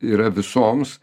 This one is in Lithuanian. yra visoms